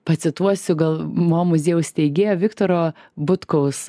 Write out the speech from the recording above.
pacituosiu gal mo muziejaus steigėjo viktoro butkaus